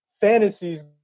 fantasies